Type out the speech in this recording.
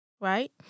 right